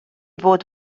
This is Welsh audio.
fod